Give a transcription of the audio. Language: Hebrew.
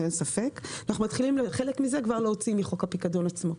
בזה אין ספק חלק מזה אנחנו מתחילים מחוק הפיקדון עצמו.